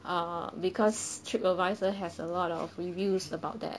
uh because Tripadvisor has a lot of reviews about there